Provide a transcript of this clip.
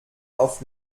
auf